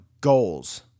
Goals